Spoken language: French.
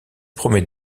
promet